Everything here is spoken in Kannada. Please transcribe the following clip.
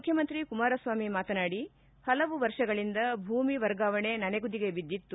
ಮುಖ್ಯಮಂತ್ರಿ ಕುಮಾರಸ್ವಾಮಿ ಮಾತನಾಡಿ ಹಲವು ವರ್ಷಗಳಿಂದ ಭೂಮಿ ವರ್ಗಾವಣೆ ನನೆಗುದಿಗೆ ಬಿದ್ದಿತ್ತು